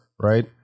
right